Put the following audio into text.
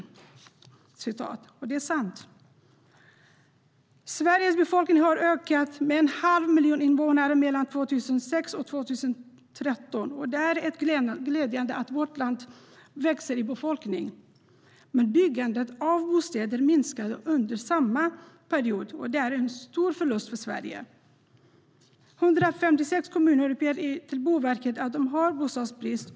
Och detta är sant, fru talman. Sveriges befolkning ökade med en halv miljon invånare mellan 2006 och 2013. Det är glädjande att vårt land växer i befolkning. Men byggandet av bostäder minskade under samma period, och det är en stor förlust för Sverige. 156 kommuner uppger till Boverket att de har bostadsbrist.